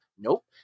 nope